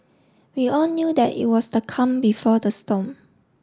we all knew that it was the calm before the storm